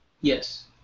Yes